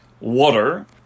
Water